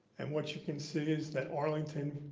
and what you can see is that arlington,